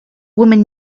woman